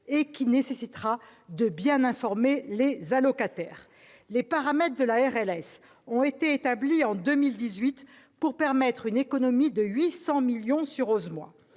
et qui nécessitera de bien informer les allocataires. Les paramètres de la RLS ont été établis en 2018 pour permettre une économie de 800 millions d'euros